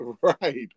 Right